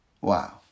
Wow